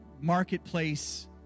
marketplace